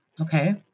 Okay